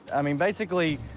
i mean, basically,